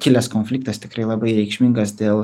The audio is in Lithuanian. kilęs konfliktas tikrai labai reikšmingas dėl